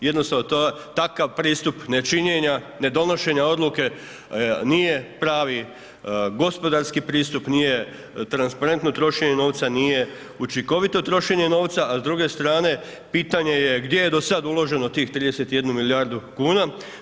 Jednostavno, takav pristup nečinjenja, nedonošenja odluke nije pravi gospodarski pristup, nije transparentno trošenje novca, nije učinkovito trošenje novca, a s druge strane, pitanje je gdje je do sada uloženo tih 31 milijardu kuna.